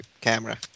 camera